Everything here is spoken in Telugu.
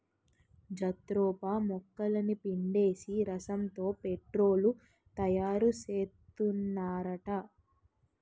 జత్రోపా మొక్కలని పిండేసి రసంతో పెట్రోలు తయారుసేత్తన్నారట